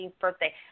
birthday